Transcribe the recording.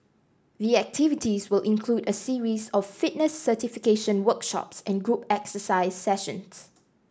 the activities will include a series of fitness certification workshops and group exercise sessions